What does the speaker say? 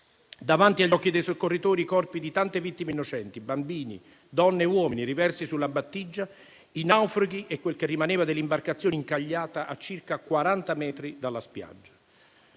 Davanti agli occhi dei soccorritori, i corpi di tante vittime innocenti: bambini, donne e uomini riversi sulla battigia, i naufraghi e quel che rimaneva dell'imbarcazione incagliata a circa 40 metri dalla spiaggia.